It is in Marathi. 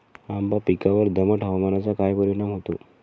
आंबा पिकावर दमट हवामानाचा काय परिणाम होतो?